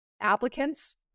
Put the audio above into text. applicants